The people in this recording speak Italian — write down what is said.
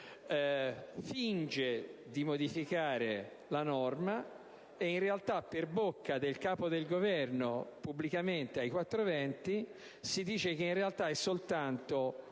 finge di modificare la norma mentre in realtà, per bocca del Capo del Governo, pubblicamente, si dice che, in realtà, è soltanto